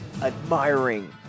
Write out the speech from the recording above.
admiring